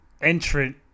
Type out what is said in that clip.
entrant